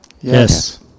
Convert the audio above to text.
Yes